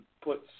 puts